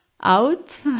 out